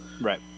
right